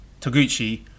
Toguchi